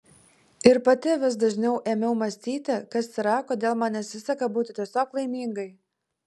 ir pati vis dažniau ėmiau mąstyti kas yra kodėl man nesiseka būti tiesiog laimingai